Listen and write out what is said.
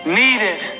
needed